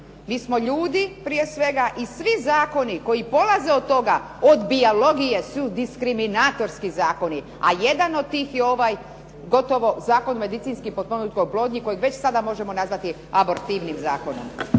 Mi smo ljudi prije svega i svi zakoni koji polaze od toga, od biologije su diskriminatorski zakoni. A jedan od tih je ovaj, gotovo Zakon o medicinski potpomognutoj oplodnji kojeg već sada možemo nazvati abortivnim zakonom.